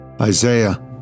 Isaiah